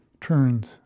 turns